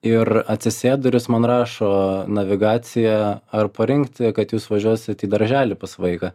ir atsisėdu ir jis man rašo navigaciją ar parinkti kad jūs važiuosit į darželį pas vaiką